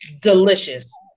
delicious